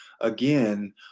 again